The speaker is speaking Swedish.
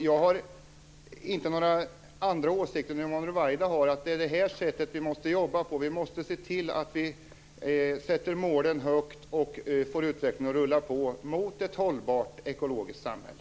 Jag har inte några andra åsikter än Yvonna Ruwaida om att det är på det här sättet vi måste jobba på. Vi måste se till att vi sätter målen högt och får utvecklingen att rulla på mot ett hållbart ekologiskt samhälle.